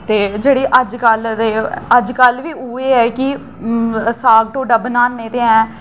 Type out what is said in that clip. ते जेह्ड़े अजकल दे अजकल बी उऐ ऐ कि साग ढोड्डा बनान्ने ते है